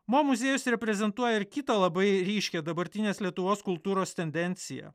mo muziejus reprezentuoja ir kitą labai ryškią dabartinės lietuvos kultūros tendenciją